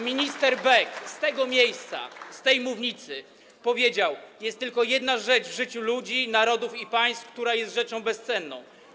Minister Beck z tego miejsca, z tej mównicy powiedział: Jest tylko jedna rzecz w życiu ludzi, narodów i państw, która jest rzeczą bezcenną.